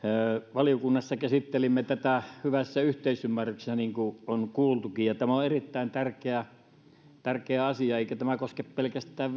valiokunnassa käsittelimme tätä hyvässä yhteisymmärryksessä niin kuin on kuultukin tämä on erittäin tärkeä tärkeä asia eikä tämä koske pelkästään